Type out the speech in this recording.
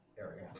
area